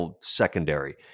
secondary